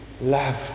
love